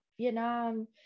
Vietnam